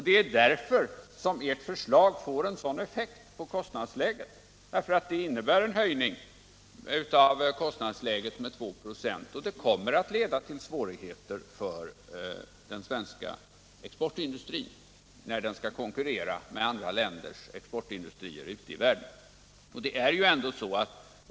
Det är därför som ert förslag får en sådan effekt på kostnadsläget. Det innebär en höjning av kostnadsläget med 2 96, och det kommer att leda till svårigheter för den svenska exportindustrin när den skall konkurrera med andra länders exportindustrier ute i världen.